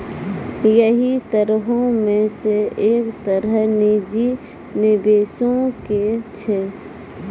यहि तरहो मे से एक तरह निजी निबेशो के छै